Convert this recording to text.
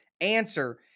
answer